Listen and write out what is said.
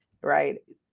right